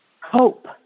Hope